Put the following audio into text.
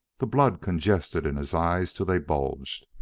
the blood congested in his eyes till they bulged,